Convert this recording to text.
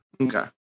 Okay